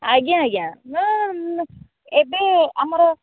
ଆଜ୍ଞା ଆଜ୍ଞା ନା ନା ଏବେ ଆମର